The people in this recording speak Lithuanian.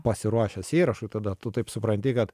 pasiruošęs įrašui tada tu taip supranti kad